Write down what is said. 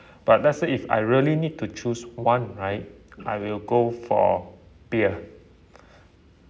but let's say if I really need to choose one right I will go for beer